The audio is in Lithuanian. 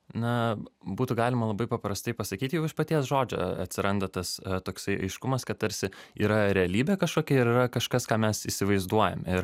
na būtų galima labai paprastai pasakyti jau iš paties žodžio atsiranda tas toksai aiškumas kad tarsi yra realybė kažkokia ir yra kažkas ką mes įsivaizduojame ir